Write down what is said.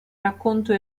racconto